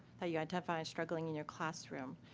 how you identify struggling in your classroom,